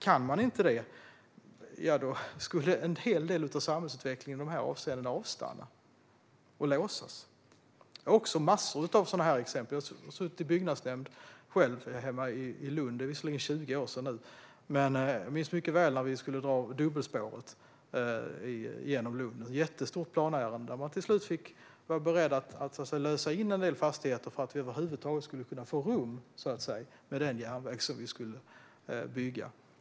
Kan man inte det skulle en hel del av samhällsutvecklingen i de här avseendena avstanna och låsas. Det finns massor av sådana exempel. Jag har själv suttit i byggnadsnämnden hemma i Lund. Det är visserligen 20 år sedan, men jag minns mycket väl när vi skulle dra dubbelspåret genom Lund. Det var ett jättestort planärende, där man till slut fick vara beredd att lösa in en del fastigheter för att vi över huvud taget skulle kunna få rum med den järnväg vi skulle bygga.